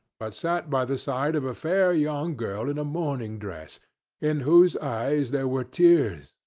but sat by the side of a fair young girl in a mourning-dress in whose eyes there were tears,